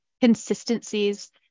consistencies